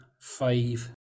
five